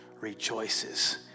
rejoices